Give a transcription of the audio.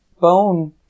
bone